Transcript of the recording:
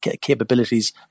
capabilities